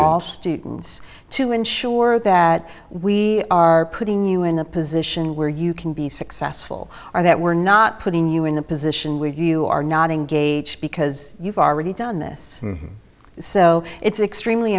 all students to ensure that we are putting you in a position where you can be successful or that we're not putting you in the position where you are not engaged because you've already done this so it's extremely